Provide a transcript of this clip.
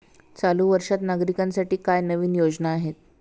चालू वर्षात नागरिकांसाठी काय नवीन योजना आहेत?